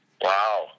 Wow